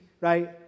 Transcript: right